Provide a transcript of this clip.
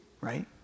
right